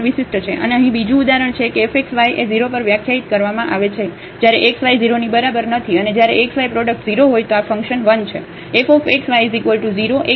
અહીં બીજું ઉદાહરણ છે કે f x y એ 0 પર વ્યાખ્યાયિત કરવામાં આવે છે જ્યારે x y 0 ની બરાબર નથી અને જ્યારે x y પ્રોડક્ટ 0 હોય તો આ ફંકશન 1 છે